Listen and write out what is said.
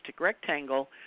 rectangle